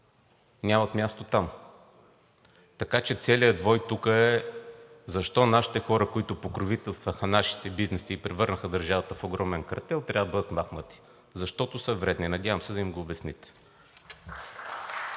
нямат място там. Така че целият вой тук е: защо нашите хора, които покровителстваха нашите бизнеси и превърнаха държавата в огромен картел, трябва да бъдат махнати? Защото са вредни! Надявам се да им го обясните.